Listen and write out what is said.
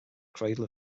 cradle